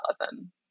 lesson